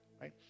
right